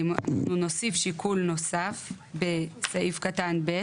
אנחנו נוסיף שיקול נוסף בסעיף קטן ב'